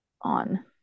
on